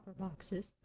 boxes